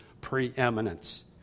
preeminence